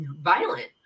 violent